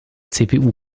cpu